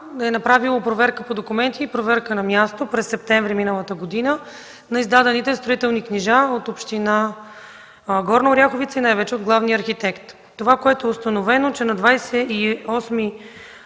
е направила проверка по документи и проверка на място през месец септември миналата година на издадените строителни книжа от община Горна Оряховица и най-вече от главния архитект. Установено е, че на 28